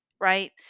right